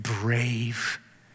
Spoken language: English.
brave